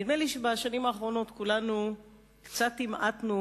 נדמה לי שבשנים האחרונות כולנו קצת המעטנו